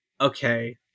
okay